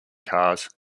cars